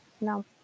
No